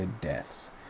deaths